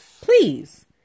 Please